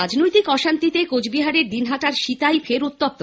রাজনৈতিক অশান্তিতে কোচবিহারের দিনহাটার সিতাই ফের উত্তপ্ত